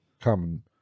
common